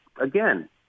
again